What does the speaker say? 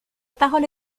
parole